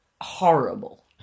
Horrible